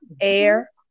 air